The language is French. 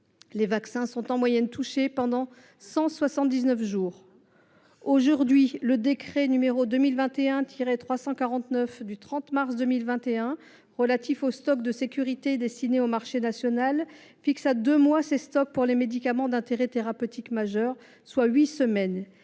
Les vaccins sont en moyenne touchés pendant cent soixante dix neuf jours. Le décret n° 2021 349 du 30 mars 2021 relatif au stock de sécurité destiné au marché national fixe à deux mois ces stocks pour les médicaments d’intérêt thérapeutique majeur, soit huit semaines.